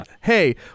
hey